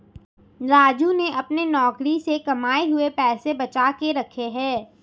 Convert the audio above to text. राजू ने अपने नौकरी से कमाए हुए पैसे बचा के रखे हैं